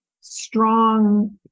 strong